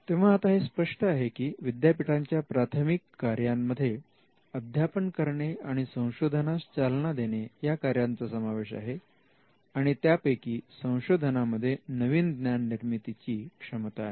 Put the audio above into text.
तेव्हा आता हे स्पष्ट आहे की विद्यापीठांच्या प्राथमिक कार्यांमध्येअध्यापन करणे आणि संशोधनास चालना देणे या कार्यांचा समावेश आहे आणि त्यापैकी संशोधनामध्ये नवीन ज्ञान निर्मितीची क्षमता आहे